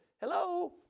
hello